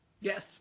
Yes